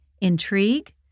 intrigue